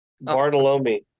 Bartolome